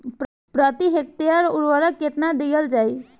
प्रति हेक्टेयर उर्वरक केतना दिहल जाई?